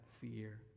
fear